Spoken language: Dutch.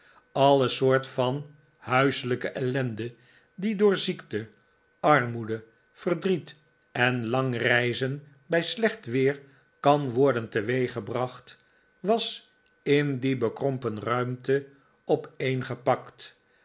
alle soort van huiselijke ellende die door ziekte armoede verdriet en lang reizen bij slecht weer kan worden teweeggebracht was in die bekrompen ruimte opeengepakt